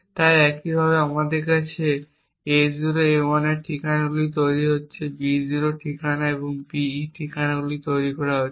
তাই একইভাবে আমাদের কাছে A0 A1 ঠিকানাগুলি তৈরি করা হচ্ছে B0 ঠিকানা এবং BE ঠিকানাগুলি তৈরি করা হচ্ছে